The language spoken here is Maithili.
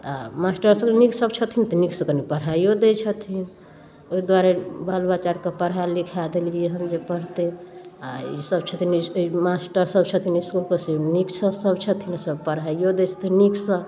आओर मास्टरसब नीक सब छथिन तऽ नीकसँ कनि पढ़ाइओ दै छथिन ओहि दुआरे बाल बच्चा आओरके पढ़ा लिखा देलिए हँ जे पढ़तै आओर ईसब छथिन मास्टरसब छथिन इसकुलके से नीक सब छथिन सब पढ़ाइओ दै छथिन नीकसँ